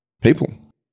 people